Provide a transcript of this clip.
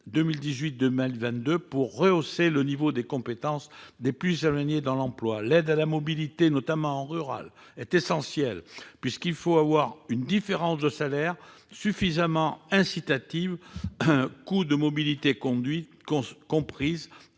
2018 et 2022 pour rehausser le niveau de compétences des plus éloignés de l'emploi. L'aide à la mobilité, notamment dans le milieu rural, est essentielle. Il faut une différence de salaire suffisamment incitative, coût de mobilité compris,